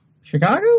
chicago